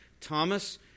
Thomas